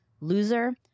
Loser